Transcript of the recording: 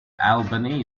albany